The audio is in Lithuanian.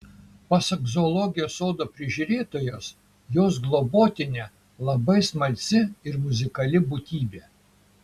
pasak zoologijos sodo prižiūrėtojos jos globotinė labai smalsi ir muzikali būtybė